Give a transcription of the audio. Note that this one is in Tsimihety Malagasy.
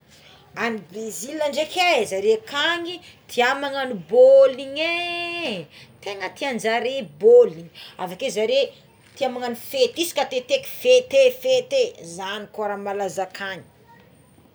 Any Bresila draike é zare kany tia magnagno boligny igny é tegna tianjare bol avake zare tia magnagno fety isaka teteky fety fety é zagny koa raha malaza akagny.